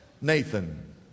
nathan